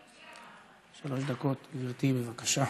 שלוש דקות, גברתי, בבקשה.